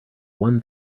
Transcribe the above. one